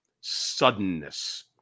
suddenness